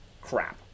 crap